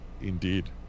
Indeed